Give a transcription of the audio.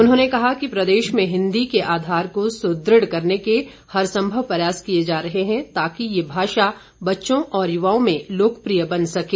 उन्होंने कहा कि प्रदेश में हिंदी के आधार को सुदृढ़ करने के हर संभव प्रयास किए जा रहे हैं ताकि ये भाषा बच्चों और युवाओं में लोकप्रिय बन सकें